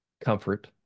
comfort